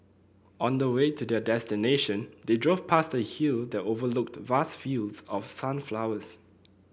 on the way to their destination they drove past a hill that overlooked vast fields of sunflowers